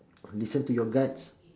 listen to your guts